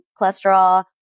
cholesterol